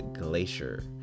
Glacier